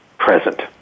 present